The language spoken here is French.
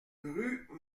rue